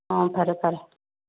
ꯑ ꯐꯔꯦ ꯐꯔꯦ